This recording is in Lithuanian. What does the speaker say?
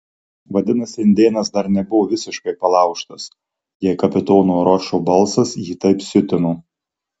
vadinasi indėnas dar nebuvo visiškai palaužtas jei kapitono ročo balsas jį taip siutino